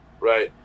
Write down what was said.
Right